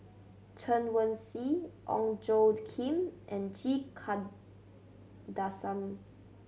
Chen Wen Hsi Ong Tjoe Kim and G Kandasamy